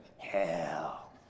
Hell